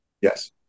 yes